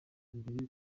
mbere